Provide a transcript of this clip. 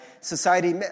society